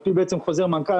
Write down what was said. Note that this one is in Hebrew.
על פי בעצם חוזר מנכ"ל,